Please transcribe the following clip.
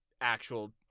actual